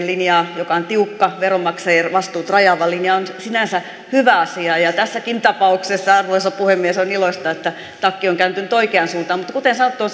linjaa joka on tiukka veronmaksajien vastuut rajaava linja on sinänsä hyvä asia ja tässäkin tapauksessa arvoisa puhemies on iloista että takki on on kääntynyt oikeaan suuntaan mutta kuten sanottu on